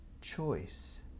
choice